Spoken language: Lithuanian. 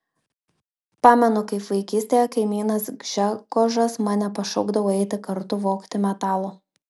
pamenu kaip vaikystėje kaimynas gžegožas mane pašaukdavo eiti kartu vogti metalo